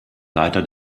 leiter